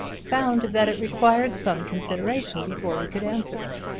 found that it required some consideration before he could answer it.